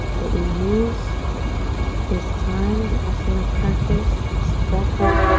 but we use this time, the asana practice, this breath work